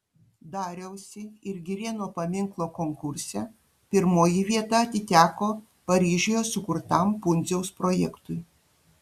dariausi ir girėno paminklo konkurse pirmoji vieta atiteko paryžiuje sukurtam pundziaus projektui